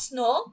no